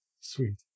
Sweet